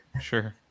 Sure